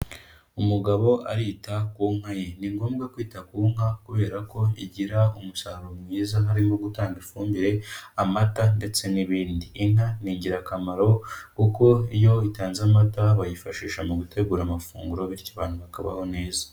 Umugabo arita ku nka ye, ni ngombwa kwita ku nka kubera ko igira umusaruro mwiza harimo gutanga ifumbire, amata ndetse n'ibindi, inka ni ingirakamaro kuko iyo itanze amata bayifashisha mu gutegura amafunguro bityo abantu bakabaho neza.